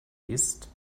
ist